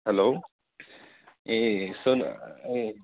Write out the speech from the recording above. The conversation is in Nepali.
हेलो ए सुन ए